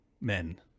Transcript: men